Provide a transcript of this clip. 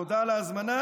תודה על ההזמנה.